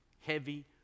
heavy